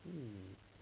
um